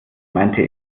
meinte